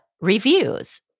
Reviews